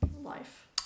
life